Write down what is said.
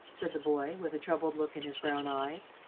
said the boy, with a troubled look in his brown eyes.